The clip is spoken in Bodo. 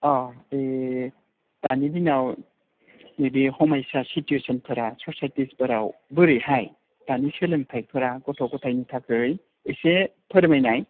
अह एह दानि दिनाव बिदि हमायसा सिटुयेनसनफोरा ससाइटिसफोराव बोरैहाय दानि सोलोंथाइफोरा गथ' गथाइनि थाखै एसे फोरमायनाय